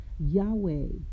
Yahweh